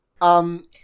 Um-